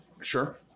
sure